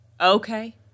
Okay